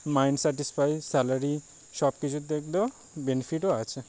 mind satisfy salary সব কিছুর দিক দিয়েও বেনিফিটও আছে